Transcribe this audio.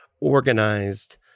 organized